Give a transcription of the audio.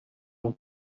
اون